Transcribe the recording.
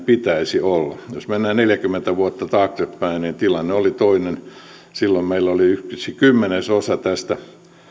pitäisi olla jos mennään neljäkymmentä vuotta taaksepäin niin tilanne oli toinen silloin meillä oli kymmenesosa tästä